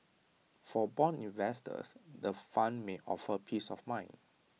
for Bond investors the fund may offer peace of mind